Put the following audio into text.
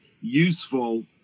useful